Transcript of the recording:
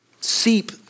seep